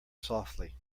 softly